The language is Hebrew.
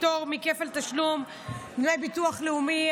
פטור מכפל תשלום דמי ביטוח לאומי),